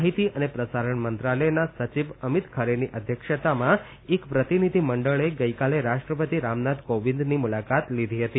માહિતી અને પ્રસારણ મંત્રાલયના સચિવ અમિત ખરેની અધ્યક્ષામાં એક પ્રતિનિધી મંડળે ગઇકાલે રાષ્ટ્રપતિ રામનાથ કોવિંદની મુલાકાત લીધી હતી